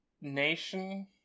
Nation